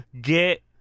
get